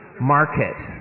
market